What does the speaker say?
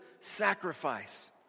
sacrifice